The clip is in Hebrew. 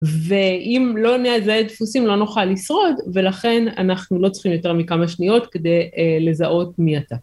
ואם לא נזהה דפוסים לא נוכל לשרוד ולכן אנחנו לא צריכים יותר מכמה שניות כדי לזהות מי אתה.